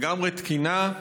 לגמרי תקינה,